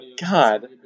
God